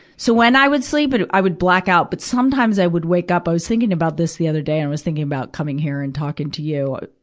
so when i would sleep, but i would black out. but sometimes i would wake up i was thinking about this the other day, i and was thinking about coming here and talking to you,